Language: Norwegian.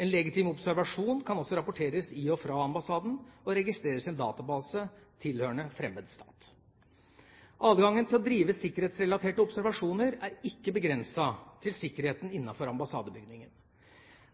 En legitim observasjon kan også rapporteres i og fra ambassaden og registreres i en database tilhørende fremmed stat. Adgangen til å drive sikkerhetsrelaterte observasjoner er ikke begrenset til sikkerheten innenfor ambassadebygningen.